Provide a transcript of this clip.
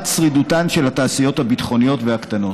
שרידותן של התעשיות הביטחוניות הקטנות,